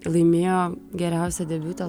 laimėjo geriausią debiutą